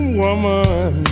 woman